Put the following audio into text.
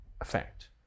effect